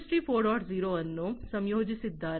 0 ಅನ್ನು ಸಂಯೋಜಿಸಿದ್ದಾರೆ